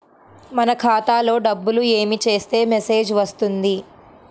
మన ఖాతాలో డబ్బులు ఏమి చేస్తే మెసేజ్ వస్తుంది?